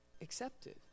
accepted